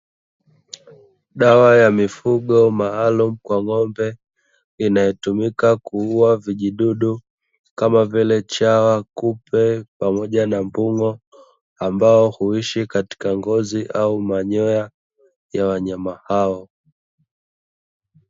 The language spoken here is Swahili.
Dawa ya mifugo maalum kwa ng'ombe, inayotumika kuua vijidudu kama vile chawa kupe pamoja na mbung'o ambao huishi katika ngozi au manyoya ya wanyama hao.